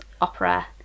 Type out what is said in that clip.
opera